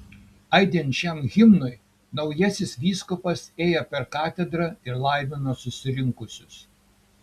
aidint šiam himnui naujasis vyskupas ėjo per katedrą ir laimino susirinkusius